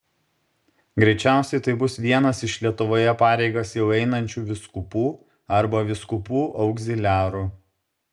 greičiausiai tai bus vienas iš lietuvoje pareigas jau einančių vyskupų arba vyskupų augziliarų